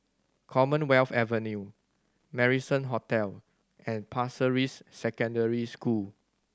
Commonwealth Avenue Marrison Hotel and Pasir Ris Secondary School